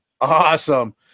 Awesome